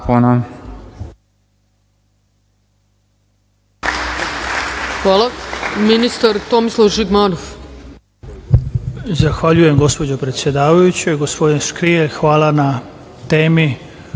hvala na temi